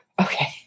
okay